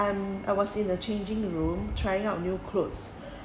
I'm I was in the changing room trying out new clothes